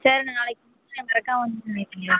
சரிண்ணே நாளைக்கு மறக்காமல் வந்துடுங்க நாளைக்கு நீங்கள்